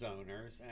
owners